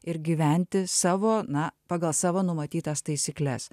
ir gyventi savo na pagal savo numatytas taisykles